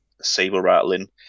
saber-rattling